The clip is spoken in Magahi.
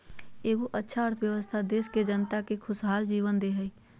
एगो अच्छा अर्थव्यवस्था देश के जनता के खुशहाल जीवन दे हइ